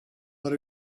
what